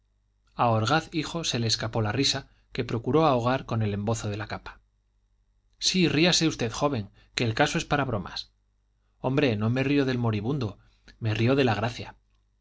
orgaz hijo se le escapó la risa que procuró ahogar con el embozo de la capa sí ríase usted joven que el caso es para bromas hombre no me río del moribundo me río de la gracia